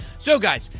so, guys,